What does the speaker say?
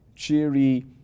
cheery